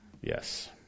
Yes